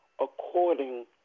according